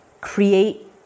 create